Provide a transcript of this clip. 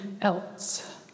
else